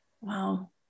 Wow